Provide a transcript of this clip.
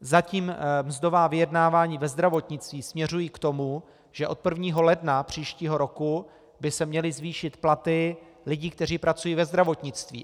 Zatím mzdová vyjednávání ve zdravotnictví směřují k tomu, že od 1. ledna příštího roku by se měly zvýšit platy lidí, kteří pracují ve zdravotnictví.